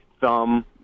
thumb